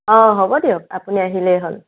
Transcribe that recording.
অ হ'ব দিয়ক আপুনি আহিলেই হ'ল